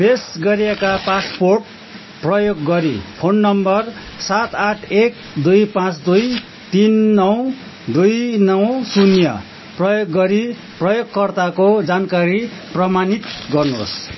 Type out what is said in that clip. पेस गरिएका पासपोर्ट प्रयोग गरी फोन नम्बर सात आठ एक दुई पाँच दुई तिन नौ दुई नौ शून्य प्रयोग गरी प्रयोगकर्ताको जानकारी प्रमाणित गर्नुहोस्